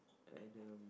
Adam